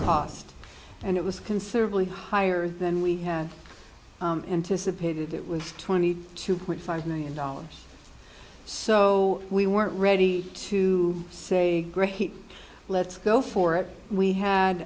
cost and it was considerably higher than we had anticipated it was twenty two point five million dollars so we weren't ready to say let's go for it we